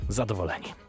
zadowoleni